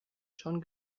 schon